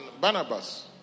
Barnabas